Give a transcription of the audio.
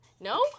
No